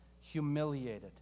humiliated